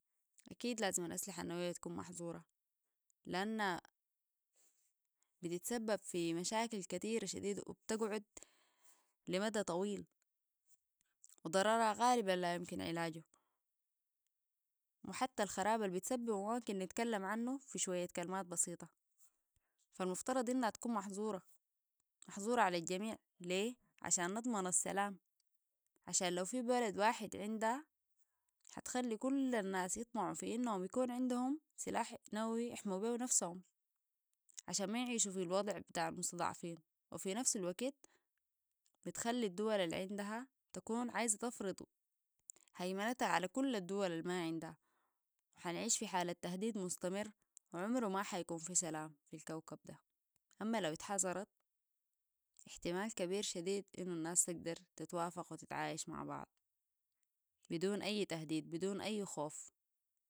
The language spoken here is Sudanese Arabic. كيد لازم الاسلحه النوويه تكون محظوره لأنها بتتسبب في مشاكل كتير شديدة وبتقعد لمدى طويل وضررها غالبا لا يمكن علاجه وحتى الخراب البتسببو ماممكن نتكلم عنو في شوية كلمات بسيطة فالمفترض إنها تكون محظوره محظوره علي الجميع ليه؟ عشان نضمن السلام عشان لو في بلد واحد عنده حتخلي كل الناس يطمعوا في إنهم يكون عندهم سلاح نووي يحموا به ونفسهم عشان ما يعيشوا في الوضع بتاع المستضعفين وفي نفس الوقت بتخلي الدول العندها تكون عايزه تفرض هيمنتا علي كل الدول الما عندها حنعيش في حاله تهديد مستمر وعمرو ما حيكون في سلام في الكوكب ده اما لو اتحظرت احتمال كبير شديد انو الناس تقدر تتعايش وتتوافق مع بعض بدون اي تهديد بدون اي خوف